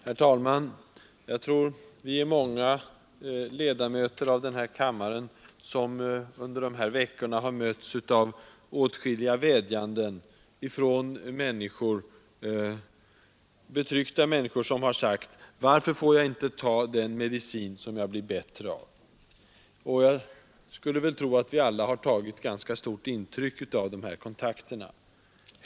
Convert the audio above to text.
Herr talman! Jag förmodar att många riksdagsledamöter under dessa veckor har mötts av vädjanden från betryckta människor som har frågat: Varför får jag inte ta den medicin som jag blir bättre av? Jag skulle tro att vi alla har tagit intryck av dessa kontakter.